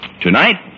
Tonight